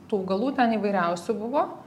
tų augalų ten įvairiausių buvo